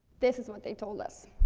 this is what they told us.